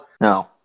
no